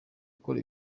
gukora